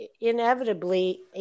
inevitably